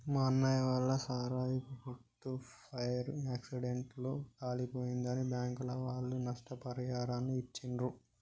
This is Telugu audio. మా అన్నయ్య వాళ్ళ సారాయి కొట్టు ఫైర్ యాక్సిడెంట్ లో కాలిపోయిందని బ్యాంకుల వాళ్ళు నష్టపరిహారాన్ని ఇచ్చిర్రు